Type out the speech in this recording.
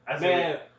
Man